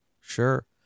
sure